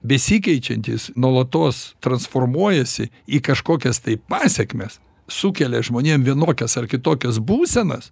besikeičiantys nuolatos transformuojasi į kažkokias tai pasekmes sukelia žmonėm vienokias ar kitokias būsenas